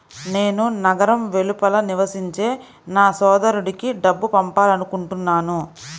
నేను నగరం వెలుపల నివసించే నా సోదరుడికి డబ్బు పంపాలనుకుంటున్నాను